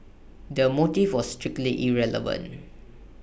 the motive was strictly irrelevant